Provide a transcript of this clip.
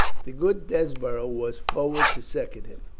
the good desborough was forward to second him,